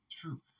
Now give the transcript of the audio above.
true